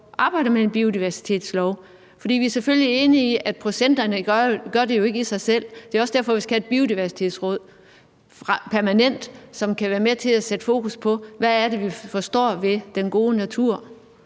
arbejdet med en biodiversitetslov? For vi er jo selvfølgelig enige i, at procenterne ikke gør det i sig selv, og det er jo også derfor, vi skal have et biodiversitetsråd permanent, som kan være med til at sætte fokus på, hvad det er, vi forstår ved den gode natur.